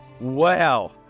Wow